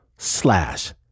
Slash